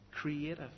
creative